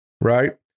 right